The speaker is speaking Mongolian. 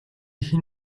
хэн